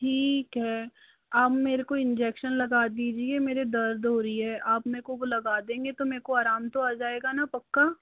ठीक है आप मेरे को इन्जेक्शन लगा दीजिए मेरे दर्द हो रही है आप मेरे को लगा देंगे तो मेरे को आराम तो जाएगा ना पक्का